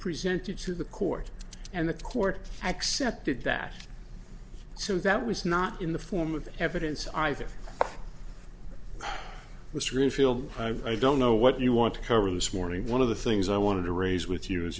presented to the court and the court accepted that so that was not in the form of evidence either mr greenfield i don't know what you want to cover this morning one of the things i wanted to raise with you as